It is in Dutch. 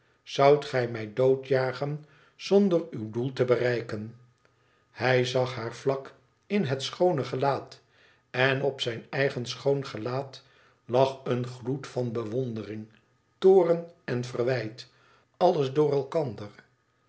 zoudt gij mij doodjagen zonder uw doel te bereiken hij zag haar vlak in het schoone gelaat en op zijn eigen schoon gelaat lag een gloed van bewondering toom en verwijt alles door elkander